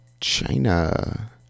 China